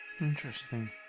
Interesting